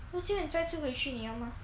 如果再次回去你要吗